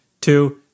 Two